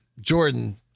Jordan—